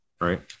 right